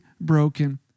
broken